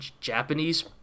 Japanese